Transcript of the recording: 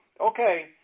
Okay